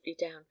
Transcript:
down